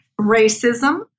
racism